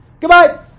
Goodbye